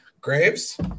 graves